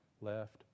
left